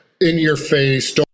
in-your-face